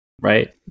right